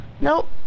Nope